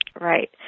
right